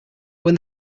when